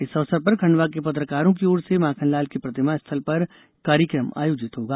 इस अवसर पर खंडवा के पत्रकारों की ओर से माखनलाल की प्रतिमा स्थल पर कार्यक्रम आयोजित होगा